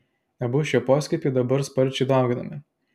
abu šie poskiepiai dabar sparčiai dauginami